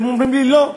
והם אומרים לי: לא.